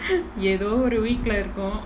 ஏதோ ஒரு:etho oru week leh இருக்கு:irukku